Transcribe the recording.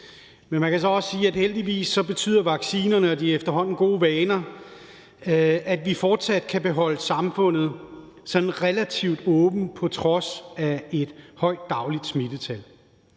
Men man kan så også sige, at heldigvis betyder vaccinerne og de efterhånden gode vaner, at vi fortsat kan holde samfundet relativt åbent på trods af et højt dagligt smittetal.